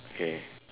okay